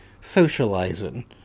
socializing